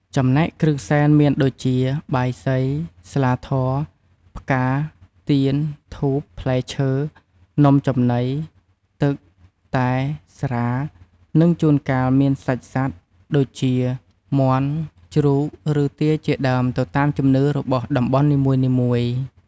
ចំណែកគ្រឿងសែនមានដូចជា បាយសី ស្លាធម៌ ផ្កា ទៀន ធូប ផ្លែឈើ នំចំណី ទឹក តែ ស្រា និងជួនកាលមានសាច់សត្វ ដូចជា មាន់ ជ្រូកឬទាជាដើម ទៅតាមជំនឿរបស់តំបន់នីមួយៗ។